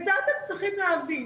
את זה אתם צריכים להבין,